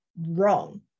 wrong